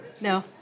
No